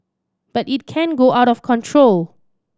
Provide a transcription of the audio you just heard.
but it can go out of control